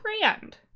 brand